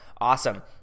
awesome